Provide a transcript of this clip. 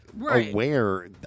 aware